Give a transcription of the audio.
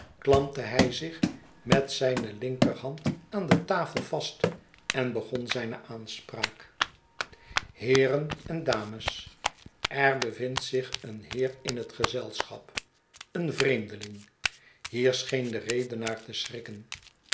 klampte hij zich met zijne linkerhand aan de tafel vast en begon zijne aanspaak heeren en dames er bevindt zich een heer in het gezelschap een vreemdeling hier scheen de redenaar te schrikken